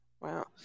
wow